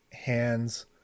Hands